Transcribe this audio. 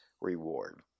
reward